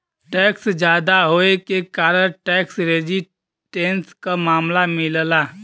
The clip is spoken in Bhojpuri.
टैक्स जादा होये के कारण टैक्स रेजिस्टेंस क मामला मिलला